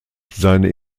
seine